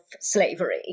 slavery